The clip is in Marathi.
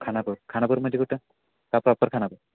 खानापूर खानापूर म्हणजे कुठं का प्रॉपर खानापूर